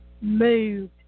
moved